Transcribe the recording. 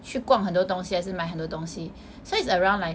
去逛很多东西还是买很多东西 so it's around like